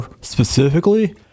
specifically